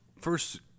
first